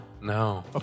No